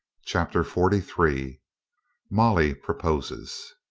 chapter forty-three molly proposes